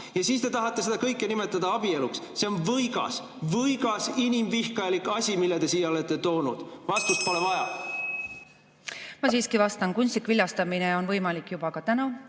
Ja siis te tahate seda kõike nimetada abieluks. See on võigas, võigas, inimvihkajalik asi, mille te siia olete toonud! (Juhataja helistab kella.) Vastust pole vaja. Ma siiski vastan. Kunstlik viljastamine on võimalik juba täna.